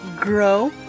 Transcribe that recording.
grow